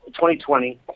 2020